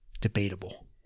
debatable